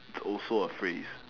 it's also a phrase